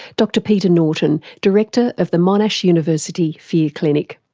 dr peter norton, director of the monash university fear clinic.